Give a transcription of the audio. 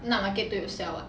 night market 都有 sell what